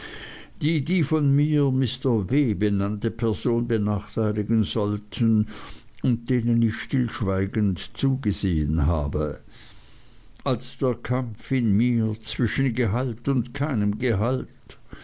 die die von mir mr w benannte person benachteiligen sollten und denen ich stillschweigend zugesehen habe als der kampf in mir zwischen gehalt und keinem gehalt